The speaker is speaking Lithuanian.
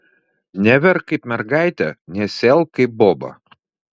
neverk kaip mergaitė nesielk kaip boba